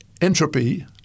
entropy